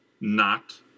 Not